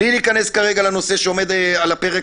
בלי להיכנס כרגע לנושא שעומד על הפרק